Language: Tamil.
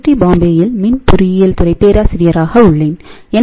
டி பம்பாயில் மின் பொறியியல் துறை பேராசிரியராக உள்ளேன் என்